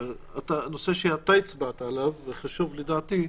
נושא שאתה הצבעת עליו והוא חשוב לדעתי,